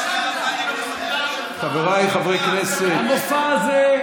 שקרן, אתה שקרן, חבריי חברי הכנסת, אני מבקש